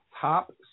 top